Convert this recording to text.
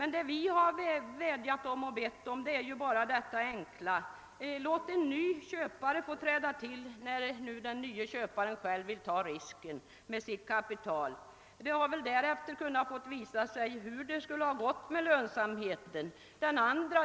Vad vi bett om är ju detta: Låt en ny köpare träda till då denne vill ta risken att satsa ett eget kapital. Därefter skulle det ju visa sig hur det går med lönsamheten.